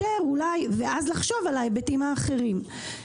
ואז לחשוב על ההיבטים האחרים.